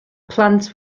plant